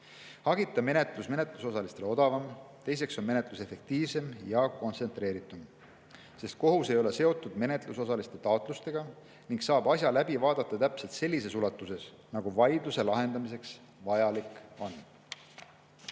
Hagita menetlus on menetlusosalistele odavam. Teiseks on menetlus efektiivsem ja kontsentreeritum, sest kohus ei ole seotud menetlusosaliste taotlustega ning saab asja läbi vaadata täpselt sellises ulatuses, nagu vaidluse lahendamiseks vajalik on.